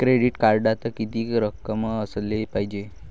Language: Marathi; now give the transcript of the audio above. क्रेडिट कार्डात कितीक रक्कम असाले पायजे?